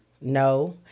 No